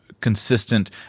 consistent